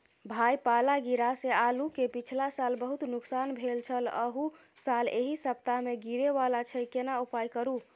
भाई पाला गिरा से आलू के पिछला साल बहुत नुकसान भेल छल अहू साल एहि सप्ताह में गिरे वाला छैय केना उपाय करू?